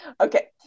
Okay